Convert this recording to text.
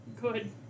Good